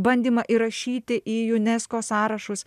bandymą įrašyti į unesco sąrašus